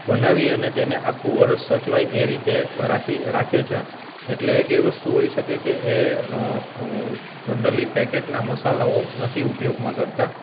બનાવી અને તેને આખું વર્ષ સચવાય એ રીતે રાખે છે એટલે એક એ વસ્તુ હોઇ શકે કે એ જનરલી પેકેટના મસાલાઓ નથી ઉપયોગમાં કરતાં